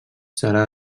serà